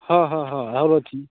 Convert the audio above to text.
ହଁ ହଁ ହଁ ଆହୁରି ଅଛି